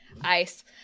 ice